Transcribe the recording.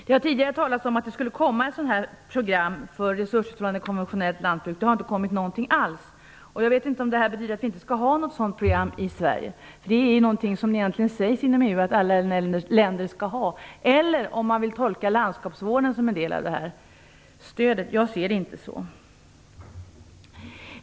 Det har tidigare talats om att det skulle komma ett program för resurshushållande konventionellt lantbruk. Det har inte kommit någonting alls. Jag vet inte om det betyder att vi inte skall ha något sådant program i Sverige. Egentligen sägs det inom EU att alla länder skall ha ett sådant. Kanske vill man tolka landskapsvården som en del av detta stöd. Jag ser det inte så.